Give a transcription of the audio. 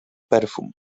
perfum